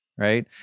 Right